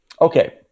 okay